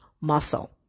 muscle